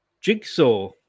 Jigsaw